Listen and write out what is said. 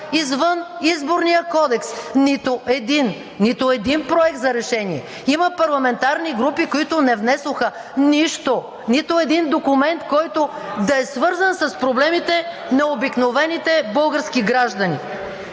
извън Изборния кодекс. Нито един! Нито един проект за решение. Има парламентарни групи, които не внесоха нищо – нито един документ, който да е свързан с проблемите на обикновените български граждани.